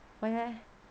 why leh